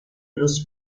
los